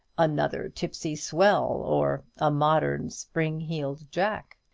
another tipsy swell, or a modern spring-heeled jack.